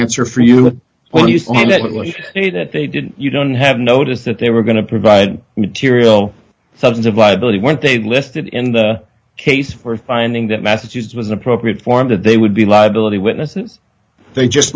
answer for you when you finally see that they didn't you don't have notice that they were going to provide material thousands of liability weren't they listed in the case for finding that massachusetts was an appropriate form that they would be liability witnesses they just